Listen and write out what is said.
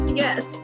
yes